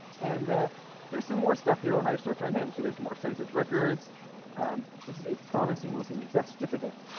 and ah there's some more stuff here when i start on him so there's more census records this is a promising looking death certificate